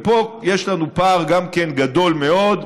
ופה גם יש לנו פער גדול מאוד: